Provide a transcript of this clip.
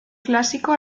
clásico